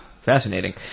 Fascinating